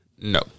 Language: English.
No